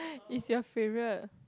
is your favourite